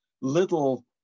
little